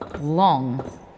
long